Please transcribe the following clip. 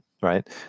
Right